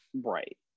right